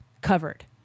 covered